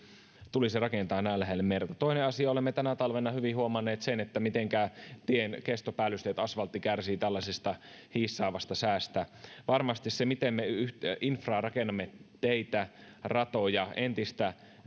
tulisi rakentaa näin lähelle merta toinen asia olemme tänä talvena hyvin huomanneet sen mitenkä tien kestopäällysteet asfaltti kärsivät tällaisesta hiissaavasta säästä varmasti sillä miten me rakennamme infraa teitä ratoja entistä